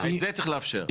את זה צריך לאפשר.